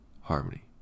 harmony